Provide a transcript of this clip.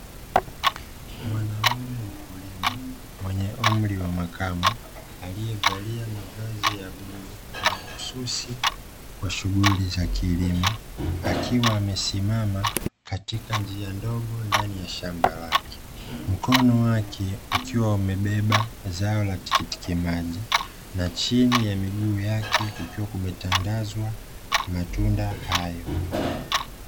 Mwanaume mkulima mwenye umri wa makamu, aliyevalia mavazi ya bluu, mahususi kwa shughuli za kilimo akiwa amesimama katika njia ndogo ndani ya shamba lake. Mkono wake ukiwa umebeba zao latikitimaji na chini ya miguu yake kukiwa kumetandazwa matunda hayo.